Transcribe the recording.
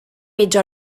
mitja